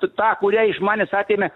tą kurią iš manęs atėmė